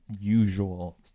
usual